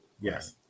Yes